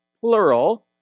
plural